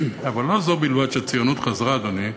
אבל לא זו בלבד שהציונות חזרה, אדוני,